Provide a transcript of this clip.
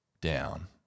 down